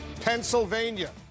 Pennsylvania